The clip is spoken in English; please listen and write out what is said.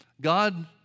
God